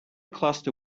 cluster